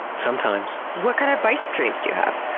sometimes. what kind of bison dreams do you have?